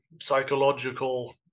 psychological